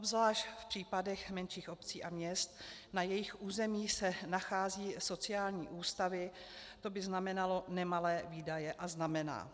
Obzvlášť v případech menších obcí a měst, na jejichž území se nacházejí sociální ústavy, to by znamenalo nemalé výdaje, a znamená.